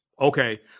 okay